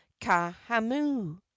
kahamu